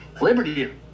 Liberty